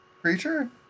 creature